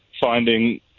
finding